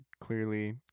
clearly